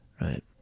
Right